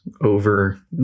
over